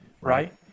Right